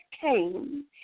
came